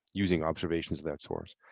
using observation and that source.